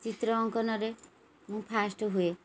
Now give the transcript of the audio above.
ଚିତ୍ର ଅଙ୍କନରେ ମୁଁ ଫାର୍ଷ୍ଟ୍ ହୁଏ